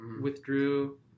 withdrew